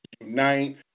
unite